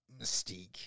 Mystique